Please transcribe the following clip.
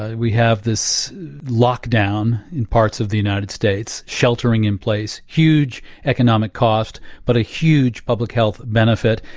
ah we have this lockdown in parts of the united states sheltering in place, huge economic cost, but a huge public health benefit.